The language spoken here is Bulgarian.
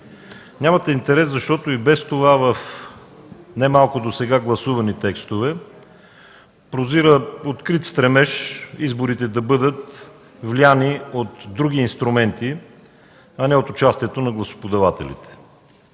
Нямате интерес, защото и без това в немалко досега гласувани текстове прозира открит стремеж изборите да бъдат влияни от други инструменти, а не от участието на гласоподавателите.